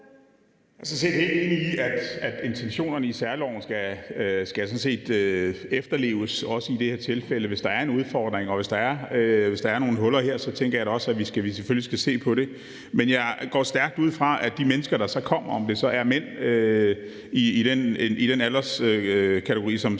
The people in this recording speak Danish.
set helt enig i, at intentionerne i særloven skal efterleves, også i det her tilfælde. Hvis der er en udfordring, og hvis der er nogen huller her, tænker jeg da også, at vi selvfølgelig skal se på det. Men jeg går stærkt ud fra, at de mennesker, der kommer, om det så er mænd i den alderskategori, som ordføreren